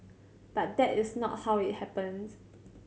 but that is not how it happened